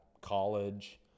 college